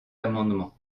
amendement